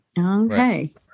Okay